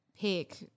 pick